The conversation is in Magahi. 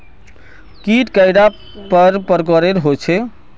कीट कैडा पर प्रकारेर होचे?